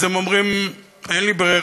הם אומרים: אין לי ברירה,